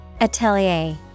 Atelier